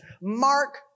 Mark